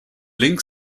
link